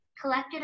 collected